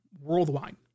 worldwide